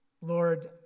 Lord